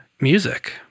music